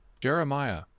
Jeremiah